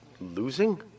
losing